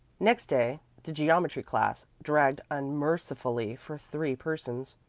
next day the geometry class dragged unmercifully for three persons.